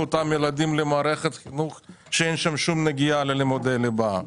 ילדים למערכת חינוך שבה אין שם שום נגיעה ללימודי ליבה.